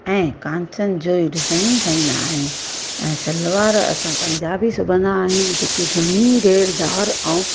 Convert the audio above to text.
ऐं कांचनि जो ई डिज़ाइन ठाहींदा आहियूं ऐं सलवार असां पंजाबी सुबंदा आहियूं जेकी घणी घेरदार ऐं